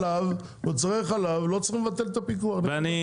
לא צריך לבטל את הפיקוח על מוצרי חלב.